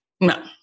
no